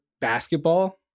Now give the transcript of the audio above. basketball